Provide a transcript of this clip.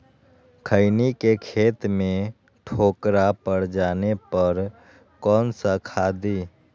खैनी के खेत में ठोकरा पर जाने पर कौन सा खाद दी?